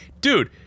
Dude